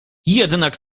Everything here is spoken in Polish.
jednak